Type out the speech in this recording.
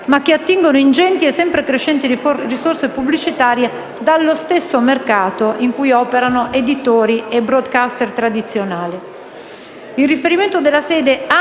ma che attingono ingenti e sempre crescenti risorse pubblicitarie dallo stesso mercato in cui operano editori e *broadcaster* tradizionali.